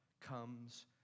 comes